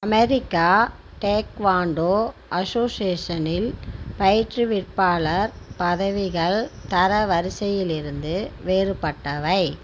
அமெரிக்க taekwondo அசோசியேஷனில் பயிற்றுவிப்பாளர் பதவிகள் தரவரிசையிலிருந்து வேறுபட்டவை